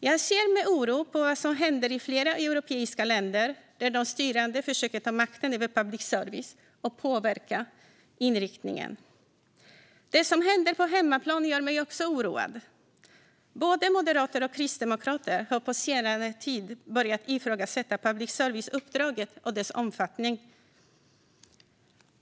Jag ser med oro på vad som händer i flera europeiska länder där de styrande försöker ta makten över public service och påverka inriktningen. Det som händer på hemmaplan gör mig också oroad. Både moderater och kristdemokrater har på senare tid börjat ifrågasätta public service-uppdraget och dess omfattning.